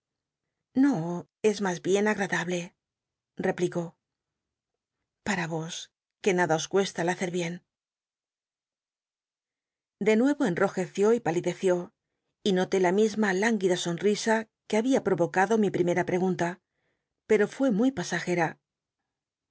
no es mas bien agradablc replicó para yos que nacla os cuesta el hacer bien de nuevo enrojeció y palideció y noté la misma hinguida sonrisa que había pro ocado mi primcra prcgunta pero fué muy pasajera